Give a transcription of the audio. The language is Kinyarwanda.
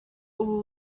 ubu